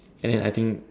and then I think